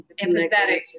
empathetic